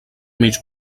mig